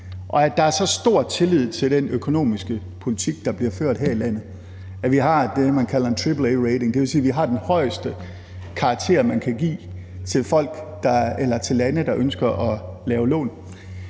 og at der er så stor tillid til den økonomiske politik, der bliver ført her i landet. Vi har det, man kalder en AAA-rating, og det vil sige, at vi har den højeste karakter, man kan give til lande, der ønsker at optage lån.